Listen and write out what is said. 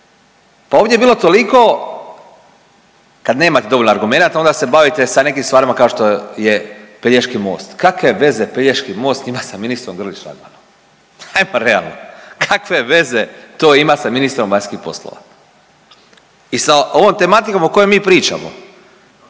Pa ovdje je bilo toliko, kad nemate dovoljno argumenata, onda se bavite sa neki stvarima kao što je Pelješki most. Kak'e veze Pelješki most ima sa ministrom Grlić Radmanom? Ajmo realno. Kakve veze to ima sa ministrom vanjskih poslova i sa ovom tematikom o kojoj mi pričamo?